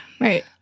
Right